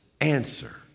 answer